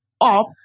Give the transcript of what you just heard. up